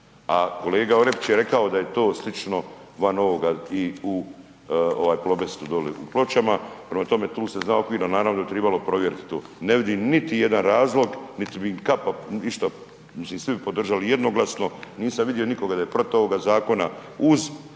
a kolega Orepić je rekao da je to slično van ovoga i u ovaj Plobestu doli u Pločama, prema tome tu se zna okvirno naravno da je tribalo provjeriti to, ne vidim niti jedan razlog, niti bi im kapa išta, mislim svi bi podržali jednostavno, nisam vidio nikoga da je protiv ovoga zakona, uz